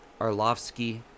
Arlovsky